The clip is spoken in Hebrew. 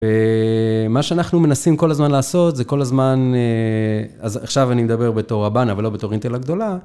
ומה שאנחנו מנסים כל הזמן לעשות, זה כל הזמן, אז עכשיו אני מדבר בתור הבנה, ולא בתור אינטל הגדולה.